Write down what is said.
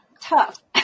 tough